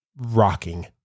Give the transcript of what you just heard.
rocking